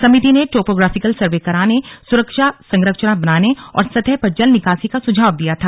समिति ने topographical survey कराने सुरक्षा संरचना बनाने और सतह पर जल निकासी का सुझाव दिया था